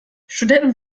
studenten